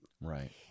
Right